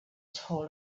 told